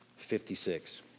56